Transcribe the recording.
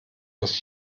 muss